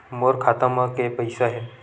मोर खाता म के पईसा हे?